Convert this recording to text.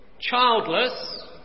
childless